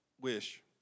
Wish